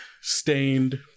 stained